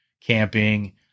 camping